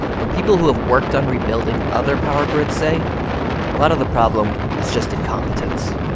but people who have worked on rebuilding other power grids say a lot of the problem was just incompetence.